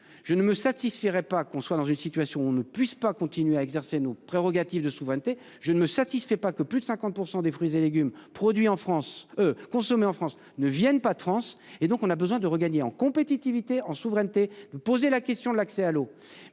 Je ne me satisferait pas qu'on soit dans une situation, on ne puisse pas continuer à exercer nos prérogatives de souveraineté. Je ne me satisfait pas que plus de 50% des fruits et légumes produits en France consommées en France ne viennent pas de France et donc on a besoin de regagner en compétitivité en souveraineté de poser la question de l'accès à l'eau